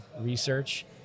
research